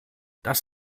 das